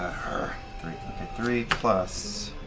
thirty three, plus